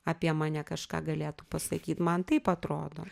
apie mane kažką galėtų pasakyt man taip atrodo